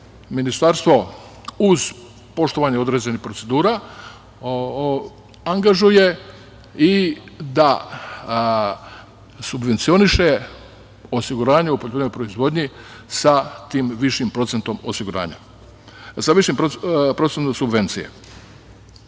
ministarstvo, uz poštovanje određenih procedura, angažuje i da subvencioniše osiguranje u poljoprivrednoj proizvodnji sa tim višim procentom subvencije. Vezano